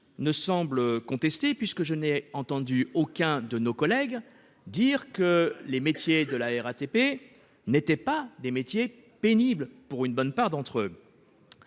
les contester, puisque je n'ai entendu aucun de mes collègues dire que les métiers de la RATP n'étaient pas, pour une bonne part d'entre eux,